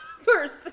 First